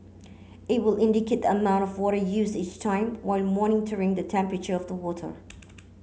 it will indicate the amount of water used each time while monitoring the temperature of the water